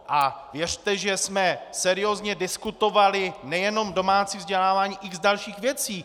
A věřte, že jsme seriózně diskutovali nejenom domácí vzdělávání, ale x dalších věcí.